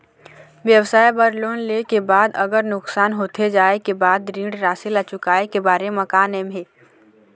व्यवसाय बर लोन ले के बाद अगर नुकसान होथे जाय के बाद ऋण राशि ला चुकाए के बारे म का नेम हे?